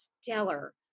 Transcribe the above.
stellar